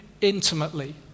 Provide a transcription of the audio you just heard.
intimately